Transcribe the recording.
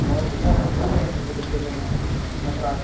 और भइया दो पेंसिल के डिब्बे चाहिए नटराज